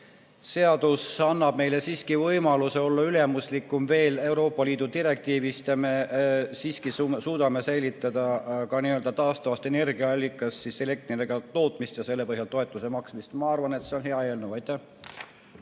annab meile siiski võimaluse olla ülimuslikum Euroopa Liidu direktiivi suhtes ja me siiski suudame säilitada ka taastuvast energiaallikast elektrienergia tootmise ja selle põhjal toetuse maksmise. Ma arvan, et see on hea eelnõu.